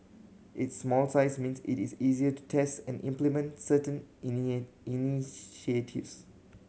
its small size means it is easier to test and implement certain initiatives